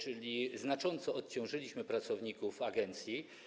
Znacząco odciążyliśmy pracowników agencji.